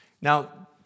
Now